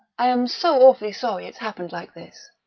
i am so awfully sorry it's happened like this.